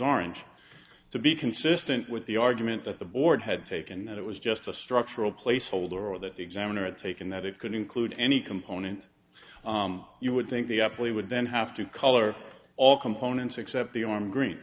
orange to be consistent with the argument that the board had taken that it was just a structural placeholder or that examiner at taken that it could include any component you would think the apple would then have to color all components except the arm green